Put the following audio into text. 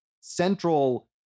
central